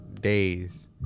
days